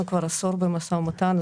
אנחנו כבר עשור במשא ומתן.